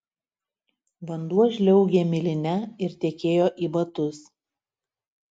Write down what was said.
vanduo žliaugė miline ir tekėjo į batus